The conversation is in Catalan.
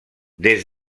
des